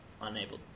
unable